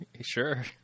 Sure